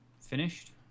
finished